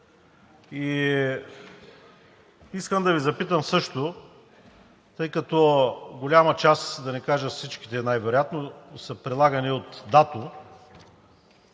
Искам да Ви запитам също, тъй като голяма част, да не кажа всичките, най-вероятно са прилагани от ДАТО: